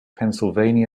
pennsylvania